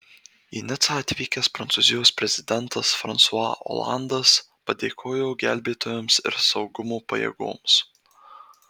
į nicą atvykęs prancūzijos prezidentas fransua olandas padėkojo gelbėtojams ir saugumo pajėgoms